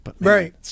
Right